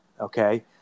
okay